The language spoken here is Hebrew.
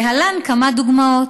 להלן כמה דוגמאות: